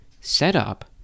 setup